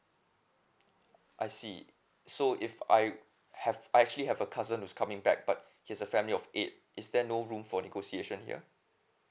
I see so if I have I actually have a cousin is coming back but his a family of eight is there no room for negotiation here